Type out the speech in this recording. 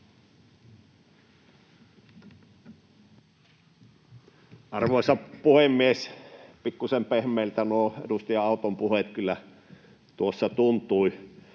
Arvoisa puhemies! Pikkuisen pehmeiltä nuo edustaja Auton puheet kyllä tuossa tuntuivat.